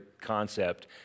concept